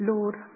Lord